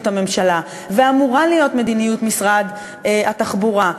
הממשלה ואמורה להיות מדיניות משרד התחבורה,